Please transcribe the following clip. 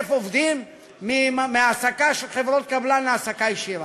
עובדים מהעסקה של חברות קבלן להעסקה ישירה.